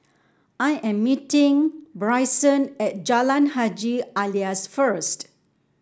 I am meeting Bryson at Jalan Haji Alias first